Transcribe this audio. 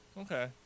okay